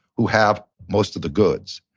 who have most of the goods.